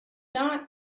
not